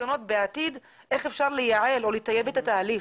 מסקנות בעתיד איך אפשר לייעל או לטייב את התהליך,